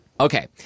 Okay